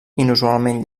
inusualment